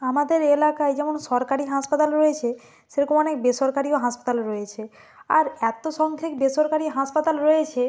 আমাদের এলাকায় যেমন সরকারি হাসপাতাল রয়েছে সেরকম অনেক বেসরকারিও হাসপাতাল রয়েছে আর এতো সংখ্যেক বেসরকারি হাসপাতাল রয়েছে